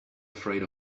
afraid